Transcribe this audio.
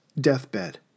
deathbed